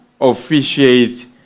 officiate